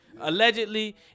allegedly